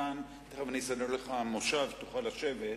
תיכף אסדר לך מושב, תוכל לשבת.